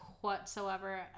whatsoever